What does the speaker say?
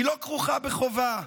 היא לא כרוכה בחובה.